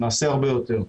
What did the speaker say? נעשה הרבה יותר.